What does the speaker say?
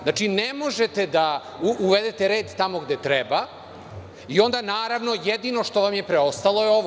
Znači, ne možete da uvedete red tamo gde treba i onda, naravno, jedino što vam je preostalo je ovo.